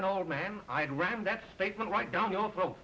an old man i'd rather that statement right down your throat